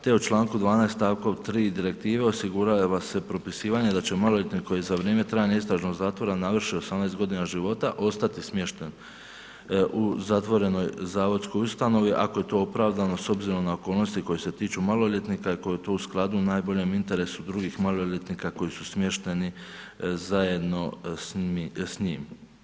Te u članku 12. stavku 3. Direktive osigurava se propisivanje da će maloljetnik koji za vrijeme trajanja istražnog zatvora navrši 18 godina života ostati smješten u zatvorenoj zavodskoj ustanovi ako je to opravdano s obzirom na okolnosti koje se tiču maloljetnika i ako je to u skladu i najboljem interesu drugih maloljetnika koji su smješteni zajedno s njim.